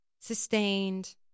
sustained